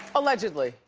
allegedly,